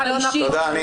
תודה.